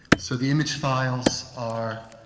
so the image files are